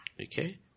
Okay